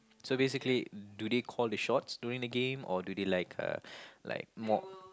so basically do they call the shots during the game or do they like uh like mob